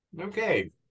Okay